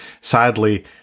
Sadly